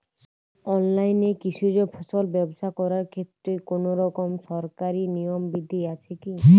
অনলাইনে কৃষিজ ফসল ব্যবসা করার ক্ষেত্রে কোনরকম সরকারি নিয়ম বিধি আছে কি?